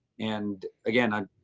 and again,